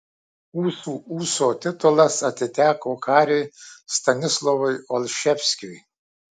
ūsų ūso titulas atiteko kariui stanislovui olševskiui